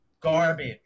Garbage